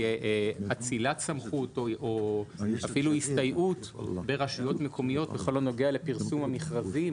אצילת סמכות או אפילו הסתייעות ברשויות מקומיות בכל הנוגע לפרסום המכרזים